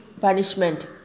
punishment